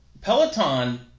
peloton